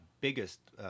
biggest